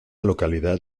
localidad